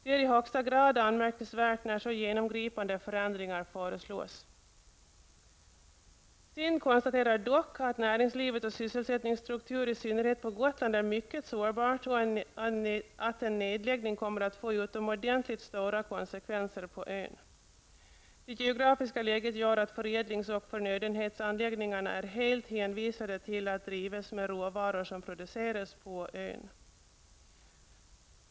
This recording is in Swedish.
Detta är i högsta grad anmärkningsvärt när så genomgripande förändringar föreslås. SIND konstaterade dock att näringslivet och sysselsättningsstrukturen i synnerhet på Gotland är mycket sårbart och att en nedläggning kommer att få utomordentligt stora konsekvenser på ön. Det geografiska läget gör att förädlings och förnödenhetsanläggningarna är helt hänvisade till att drivas med råvaror som produceras på ön.